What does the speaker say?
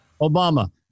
Obama